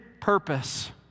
purpose